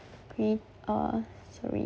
with uh sorry